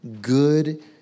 good